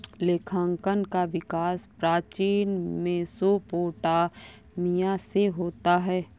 लेखांकन का विकास प्राचीन मेसोपोटामिया से होता है